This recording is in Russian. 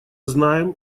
знаем